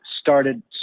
started